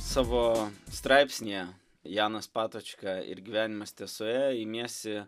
savo straipsnyje janas patočka ir gyvenimas tiesoje imiesi